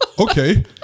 Okay